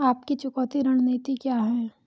आपकी चुकौती रणनीति क्या है?